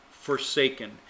forsaken